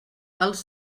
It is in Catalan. els